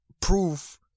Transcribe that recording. proof